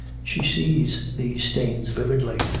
she sees these stains vividly,